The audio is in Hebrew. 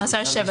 מאסר שבע